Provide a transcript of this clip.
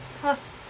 plus